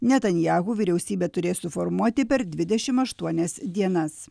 netanyahu vyriausybę turės suformuoti per dvidešim aštuonias dienas